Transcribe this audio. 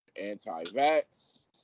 anti-vax